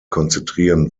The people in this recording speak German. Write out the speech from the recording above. konzentrieren